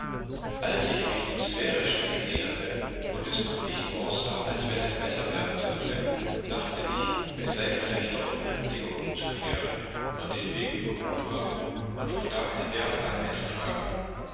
als ich mich dem sverresteig näherte und es noch nicht aussah als wenn es besser werden sollte dachte ich es sei doch vielleicht vernünftiger umzukehren und den weg über gudvangen und von da ins lärtal einzuschlagen